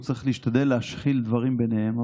הוא צריך להשתדל להשחיל דברים ביניהם,